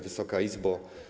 Wysoka Izbo!